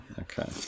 Okay